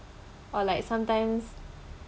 or like sometimes